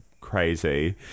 crazy